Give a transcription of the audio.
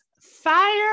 Fire